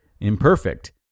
imperfect